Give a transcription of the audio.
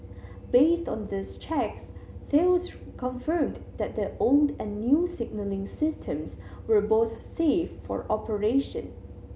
based on these checks Thales confirmed that the old and new signalling systems were both safe for operation